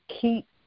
keep